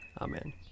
Amen